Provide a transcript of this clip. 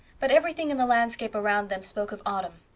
but everything in the landscape around them spoke of autumn.